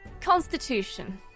constitution